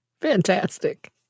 Fantastic